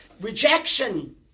Rejection